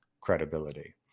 credibility